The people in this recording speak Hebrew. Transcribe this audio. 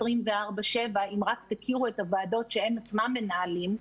24/7. אם רק תכירו את הוועדות שהם עצמם מנהלים,